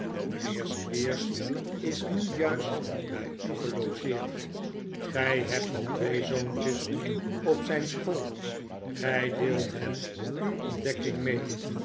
mijnheer squeers is nu juist bij u gelogeerd gij hebt nog twee zoontjes op zijn school gij deelt hem uw ontdekking mee